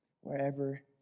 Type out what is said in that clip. wherever